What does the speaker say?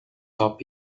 top